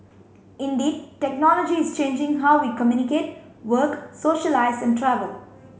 indeed technology is changing how we communicate work socialise and travel